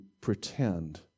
pretend